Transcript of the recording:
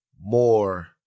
more